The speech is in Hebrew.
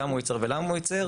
כמה הוא ייצר ולמה הוא ייצר.